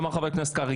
אל תחסכו.